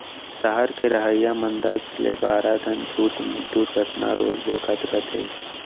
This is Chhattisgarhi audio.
सहर के रहइया मन दस ले बारा ठन छुटमुट दुरघटना रोज देखत रथें